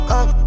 up